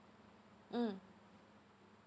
mm